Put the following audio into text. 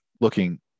looking